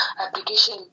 application